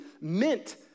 meant